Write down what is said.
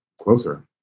closer